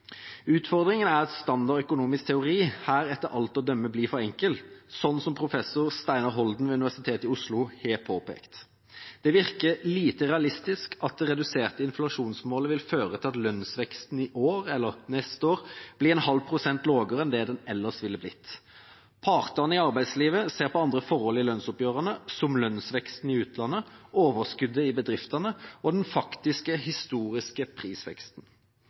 Utfordringen er at standard økonomisk teori her etter alt å dømme blir for enkel, som professor Steinar Holden ved Universitetet i Oslo har påpekt. Det virker lite realistisk at det reduserte inflasjonsmålet vil føre til at lønnsveksten i år eller neste år blir en halv prosent lavere enn det den ellers ville blitt. Partene i arbeidslivet ser på andre forhold i lønnsoppgjørene – som lønnsveksten i utlandet, overskuddet i bedriftene og den faktiske historiske prisveksten. Vi kan heller ikke ta for gitt at prisveksten